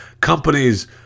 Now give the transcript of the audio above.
companies